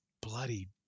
bloody